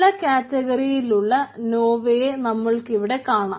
പല കാറ്റഗറിയിലുള്ള നിങ്ങൾക്കിവിടെ കാണാം